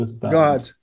God